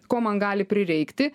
ko man gali prireikti